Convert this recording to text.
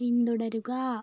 പിന്തുടരുക